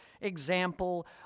example